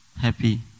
happy